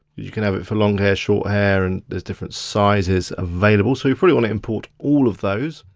you can have it for long hair, short hair, and there's different sizes available. so you probably wanna import all of those.